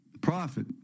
prophet